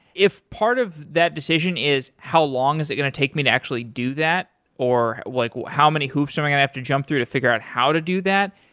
if part of that decision is how long is it going to take me to actually do that or like how many hoops am i going to have to jump through to figure out how to do that,